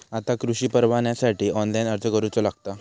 आता कृषीपरवान्यासाठी ऑनलाइन अर्ज करूचो लागता